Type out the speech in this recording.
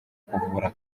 kuvura